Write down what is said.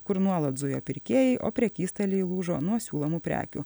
kur nuolat zujo pirkėjai o prekystaliai lūžo nuo siūlomų prekių